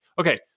Okay